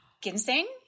Ginseng